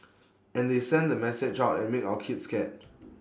and they send the message out and make our kids scared